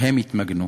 שהם יתמגנו".